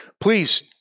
please